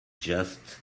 just